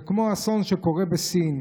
זה כמו אסון שקורה בסין.